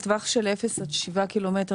לטווח אפס עד שבעה קילומטר,